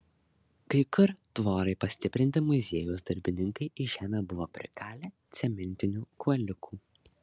kai kur tvorai pastiprinti muziejaus darbininkai į žemę buvo prikalę cementinių kuoliukų